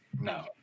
No